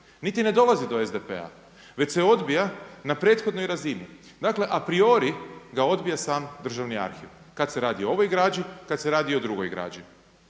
niti ne dolazi do SDP-a, već se odbija na prethodnoj razini. Dakle, apriori ga odbija sam Državni arhiv, kad se radi o ovoj građi kad se radi o drugoj građi.